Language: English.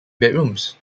bedrooms